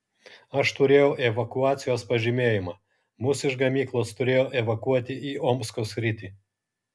aš turėjau evakuacijos pažymėjimą mus iš gamyklos turėjo evakuoti į omsko sritį